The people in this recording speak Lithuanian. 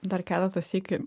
dar keletą sykių